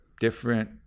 different